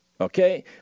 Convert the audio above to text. Okay